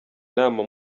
inama